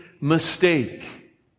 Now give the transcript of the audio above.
mistake